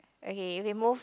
okay if it move